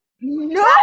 No